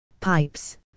pipes